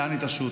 לאן היא תשוט.